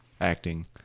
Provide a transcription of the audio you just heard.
acting